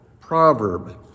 proverb